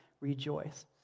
rejoice